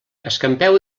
escampeu